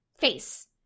face